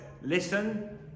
listen